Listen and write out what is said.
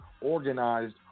organized